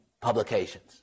publications